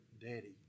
Daddy